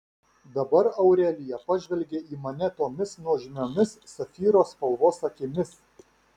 dabar aurelija pažvelgė į mane tomis nuožmiomis safyro spalvos akimis